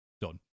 done